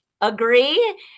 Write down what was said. Agree